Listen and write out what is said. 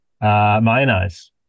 Mayonnaise